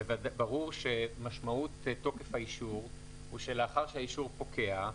ברור שמשמעות תוקף האישור היא שלאחר שהאישור פוקע,